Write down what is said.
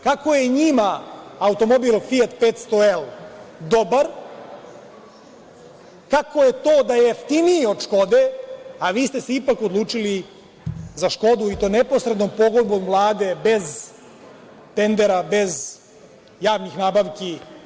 Kako je njima automobil „Fijat 500L“ dobar, kako je to da je jeftiniji od „Škode“, a vi ste se ipak odlučili za „Škodu“ i to neposrednom pogodbom Vlade bez tendera, bez javnih nabavki.